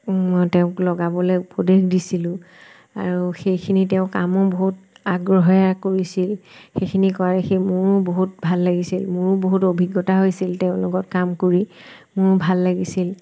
তেওঁক লগাবলৈ উপদেশ দিছিলোঁ আৰু সেইখিনি তেওঁ কামো বহুত আগ্ৰহেৰে কৰিছিল সেইখিনি কৰা দেখি মোৰো বহুত ভাল লাগিছিল মোৰো বহুত অভিজ্ঞতা হৈছিল তেওঁৰ লগত কাম কৰি মোৰ ভাল লাগিছিল